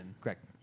correct